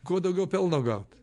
kuo daugiau pelno gaut